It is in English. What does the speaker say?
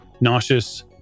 nauseous